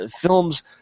Films